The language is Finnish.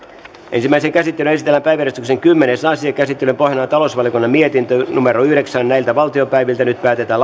ensimmäiseen käsittelyyn esitellään päiväjärjestyksen kymmenes asia käsittelyn pohjana on talousvaliokunnan mietintö yhdeksän nyt päätetään